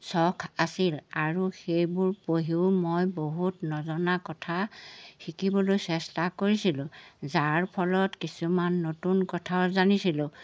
চখ আছিল আৰু সেইবোৰ পঢ়িও মই বহুত নজনা কথা শিকিবলৈ চেষ্টা কৰিছিলোঁ যাৰ ফলত কিছুমান নতুন কথাও জানিছিলোঁ